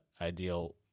ideal